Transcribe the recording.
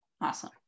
Awesome